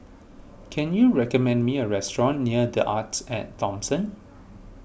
can you recommend me a restaurant near the Arts at Thomson